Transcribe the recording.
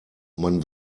man